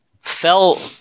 fell